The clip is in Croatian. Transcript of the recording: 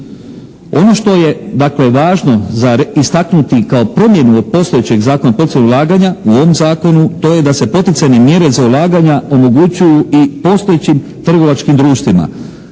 Ono što je dakle važno za istaknuti kao promjenu od postojećeg zakona, od poticanja ulaganja u ovom zakonu to je da se poticajne mjere za ulaganja omogućuju i postojećim trgovačkim društvima